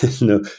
No